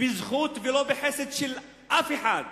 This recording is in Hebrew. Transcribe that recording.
בזכות ולא בחסד של אף אחד,